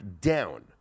down